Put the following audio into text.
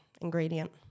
ingredient